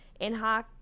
Inha